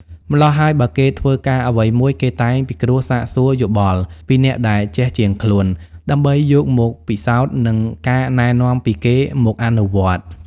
ម្ល៉ោះហើយបើគេធ្វើការអ្វីមួយ គេតែងពិគ្រោះសាកសួរយោបល់ពីអ្នកដែលចេះជាងខ្លួន ដើម្បីយកមកពិសោធន៍ និងការណែនាំពីគេមកអនុវត្ត ។